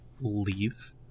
leave